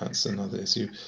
and so another issue.